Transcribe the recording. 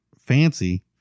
fancy